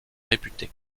réputé